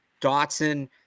Dotson